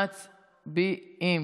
מצביעים.